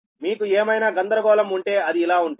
మీకు ఏమైనా గందరగోళం ఉంటే అది ఇలా ఉంటుంది